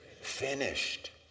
finished